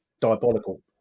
diabolical